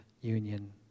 union